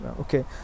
Okay